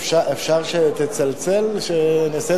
שכן